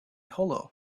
hollow